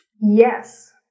Yes